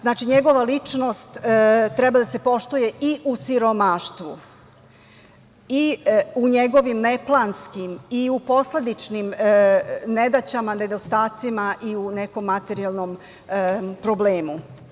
Znači, njegova lista treba da se poštuje i u siromaštvu i u njegovim neplanskim i u posledičnim nedaćama, nedostacima i u nekom materijalnom problemu.